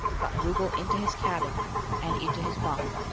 got rugel into his cabin and into his bunk,